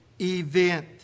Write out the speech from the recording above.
event